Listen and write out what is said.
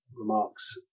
remarks